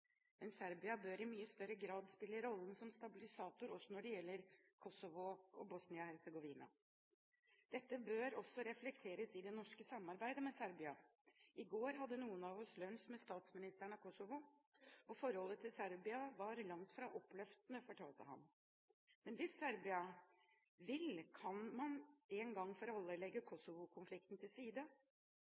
Serbia bør i mye større grad spille rollen som stabilisator også når det gjelder Kosovo og Bosnia-Hercegovina. Dette bør også reflekteres i det norske samarbeidet med Serbia. I går hadde noen av oss lunsj med statsministeren av Kosovo, og forholdet til Serbia var langt fra oppløftende, fortalte han. Men hvis Serbia vil, kan man en gang for alle legge Kosovo-konflikten til side,